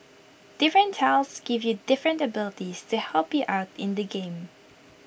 different tiles give you different abilities to help you out in the game